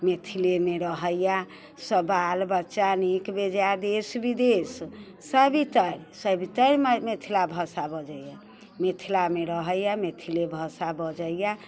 मिथिलेमे रहैय सब बाल बच्चा नीक बेजाय देश विदेश सबतरि सबतरि मिथिला भाषा बजैय मिथिलामे रहैय मैथिली भाषा बजैय